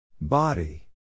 Body